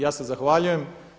Ja se zahvaljujem.